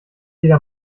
jeder